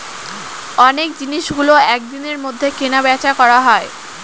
অনেক জিনিসগুলো এক দিনের মধ্যে কেনা বেচা করা হয়